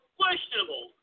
questionable